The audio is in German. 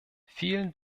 vielen